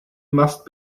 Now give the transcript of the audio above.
must